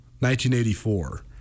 1984